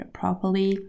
properly